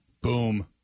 Boom